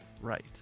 right